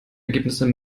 ergebnisse